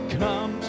come